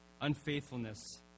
unfaithfulness